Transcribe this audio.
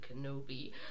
Kenobi